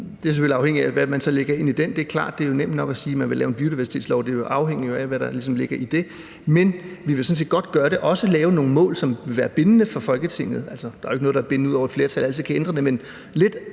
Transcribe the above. Det er selvfølgelig afhængigt af, hvad man så lægger ind i den; det er klart. Det er jo nemt nok at sige, at man vil lave en biodiversitetslov. Det afhænger jo af, hvad der så ligesom ligger i det. Men vi vil sådan set godt gøre det, også lave nogle mål, som vil være bindende for Folketinget. Der er jo ikke noget, der er mere bindende, end at et flertal altid kan ændre det,